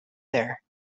there